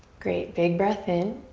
great. big breath in.